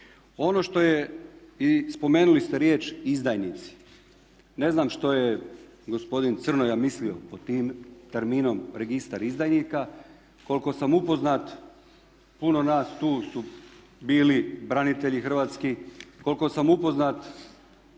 Ono što je i spomenuli ste riječ izdajnici. Ne znam što je gospodin Crnoja mislio pod tim terminom registar izdajnika. Koliko sam upoznat puno nas tu su bili branitelji hrvatski, koliko sam upoznat